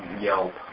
yelp